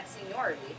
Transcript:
seniority